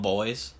Boys